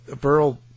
Burl